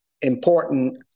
important